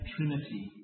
Trinity